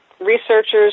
researchers